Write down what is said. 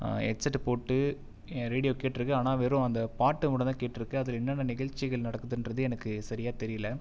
ஹெட்செட்டை போட்டு என் ரேடியோ கேட்டிருக்கேன் ஆனால் வெறும் அந்த பாட்டு மட்டுந்தான் கேட்டிருக்கேன் அதில் என்னென்ன நிகழ்ச்சிகள் நடக்குதுன்றது எனக்கு சரியாக தெரியல